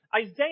Isaiah